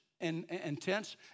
intense